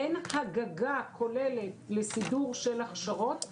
אין הגגה כוללת לסידור של הכשרות,